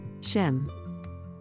Shem